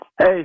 Hey